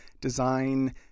design